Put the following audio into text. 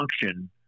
function